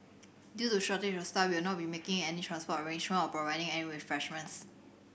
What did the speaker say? due to shortage of staff we will not be making any transport or providing any refreshments